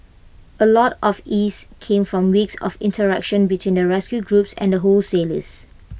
A lot of ease came from weeks of interaction between the rescue groups and wholesalers